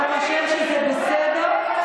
אתה חושב שזה בסדר?